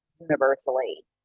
universally